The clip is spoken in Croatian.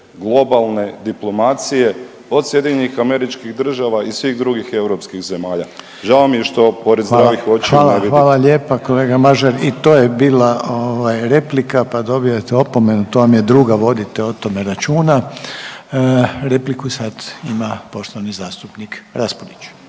globalne diplomacije od SAD-a i svih drugih europskih zemalja. Žao mi je što pored zdravih očiju ne vidite. **Reiner, Željko (HDZ)** Hvala, hvala lijepa, kolega Mažar, i to je bila ovaj replika pa dobivate opomenu, to vam je druga pa vodite o tome računa. Repliku sad ima poštovani zastupnik Raspudić.